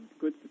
good